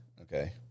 okay